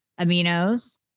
aminos